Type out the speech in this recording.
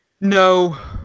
No